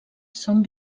són